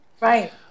Right